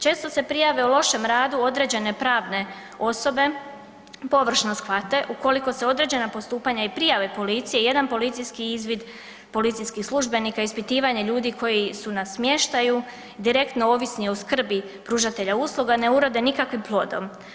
Često se prijave o lošem radu određene pravne osobe površno shvate ukoliko se određena postupanja i prijave policiji i jedan policijski izvid policijskih službenika i ispitivanje ljudi koji su na smještaju direktno ovisni o skrbi pružatelja usluga ne urode nikakvim plodom.